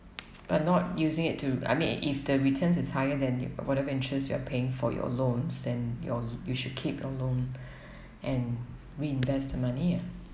but not using it to I mean if the returns is higher than whatever interest you are paying for your loans then your you should keep your loan and reinvest the money ah